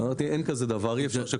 אמרתי שאין דבר כזה.